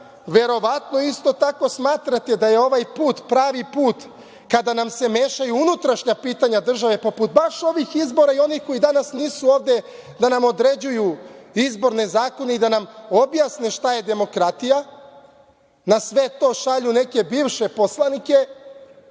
verovatno isto tako smatrate da je ovaj put pravi put kada nam se mešaju unutrašnja pitanja države poput baš ovih izbora i onih koji danas nisu ovde da nam određuju izborne zakone i da nam objasne šta je demokratija, na sve to šalju neke bivše poslanike